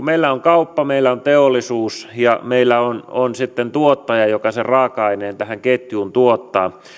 meillä on kauppa meillä on teollisuus ja meillä on on sitten tuottaja joka sen raaka aineen tähän ketjuun tuottaa ja